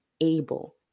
able